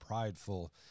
prideful